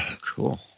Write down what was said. cool